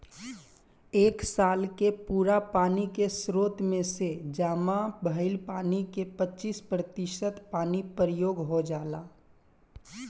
एक साल के पूरा पानी के स्रोत में से जामा भईल पानी के पच्चीस प्रतिशत पानी प्रयोग हो जाला